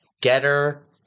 Getter